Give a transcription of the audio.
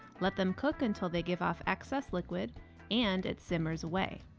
let them cook until they give off excess liquid and it simmers away.